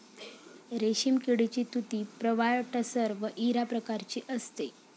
रेशीम किडीची तुती प्रवाळ टसर व इरा प्रकारची असते